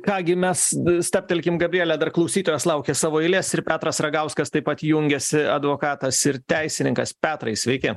ką gi mes stabtelkim gabriele dar klausytojas laukia savo eilės ir petras ragauskas taip pat jungiasi advokatas ir teisininkas petrai sveiki